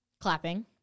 clapping